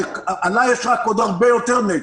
כאשר עליי יש רק עוד הרבה יותר נטל.